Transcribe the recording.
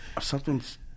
Something's